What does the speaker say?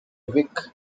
vic